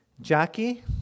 Jackie